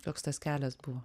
koks tas kelias buvo